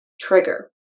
trigger